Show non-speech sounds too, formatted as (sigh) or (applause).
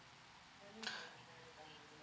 (breath)